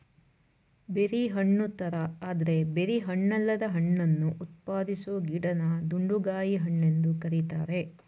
berry ಹಣ್ಣುತರ ಆದ್ರೆ berry ಹಣ್ಣಲ್ಲದ ಹಣ್ಣನ್ನು ಉತ್ಪಾದಿಸೊ ಗಿಡನ ದುಂಡುಗಾಯಿ ಹಣ್ಣೆಂದು ಕರೀತಾರೆ